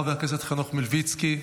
חבר הכנסת חנוך מלביצקי,